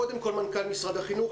קודם מנכ"ל משרד החינוך,